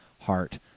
heart